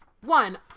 one